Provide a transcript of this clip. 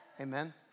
Amen